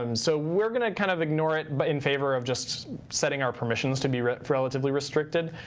um so we're going to kind of ignore it but in favor of just setting our permissions to be relatively restricted,